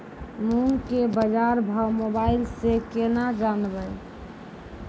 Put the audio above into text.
मूंग के बाजार भाव मोबाइल से के ना जान ब?